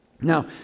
Now